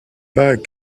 pas